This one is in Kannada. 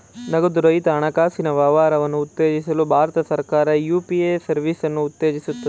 ನಗದು ರಹಿತ ಹಣಕಾಸಿನ ವ್ಯವಹಾರವನ್ನು ಉತ್ತೇಜಿಸಲು ಭಾರತ ಸರ್ಕಾರ ಯು.ಪಿ.ಎ ಸರ್ವಿಸನ್ನು ಉತ್ತೇಜಿಸುತ್ತದೆ